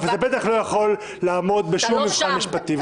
זה בטח לא יכול לעמוד בשום מבחן משפטי.